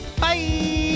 Bye